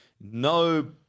no